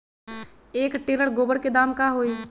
एक टेलर गोबर के दाम का होई?